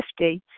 50